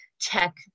tech